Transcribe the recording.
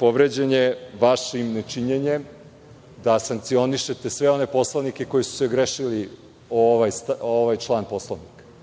Povređen je vašim nečinjenjem da sankcionišete sve one poslanike koji su se ogrešili o ovaj član Poslovnika. Tu